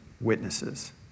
witnesses